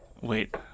Wait